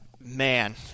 man